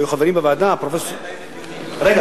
והיו חברים בוועדה פרופסור אבינרי,